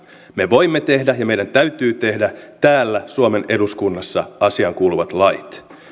me voimme tehdä ja meidän täytyy tehdä täällä suomen eduskunnassa asiankuuluvat lait ja